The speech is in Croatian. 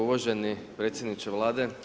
Uvaženi predsjedniče Vlade.